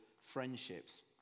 Friendships